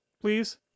please